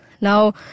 Now